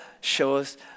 shows